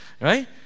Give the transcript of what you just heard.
Right